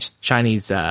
Chinese